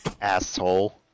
Asshole